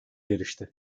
yarıştı